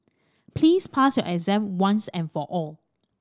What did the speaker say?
please pass your exam once and for all